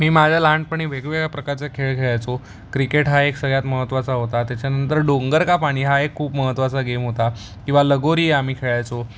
मी माझ्या लहानपणी वेगवेगळ्या प्रकारचा खेळ खेळायचो क्रिकेट हा एक सगळ्यात महत्त्वाचा होता त्याच्यानंतर डोंगरका पाणी हा एक खूप महत्त्वाचा गेम होता किंवा लगोरी आम्ही खेळायचो